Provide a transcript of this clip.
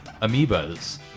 amoeba's